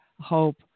hope